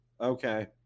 Okay